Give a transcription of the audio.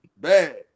bad